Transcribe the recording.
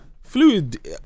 Fluid